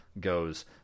goes